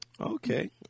Okay